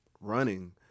running